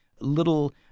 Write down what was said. little